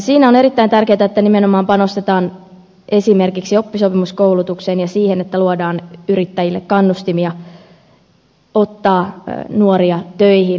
siinä on erittäin tärkeätä että nimenomaan panostetaan esimerkiksi oppisopimuskoulutukseen ja siihen että luodaan yrittäjille kannustimia ottaa nuoria töihin